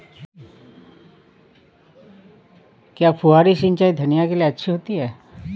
क्या फुहारी सिंचाई धनिया के लिए अच्छी होती है?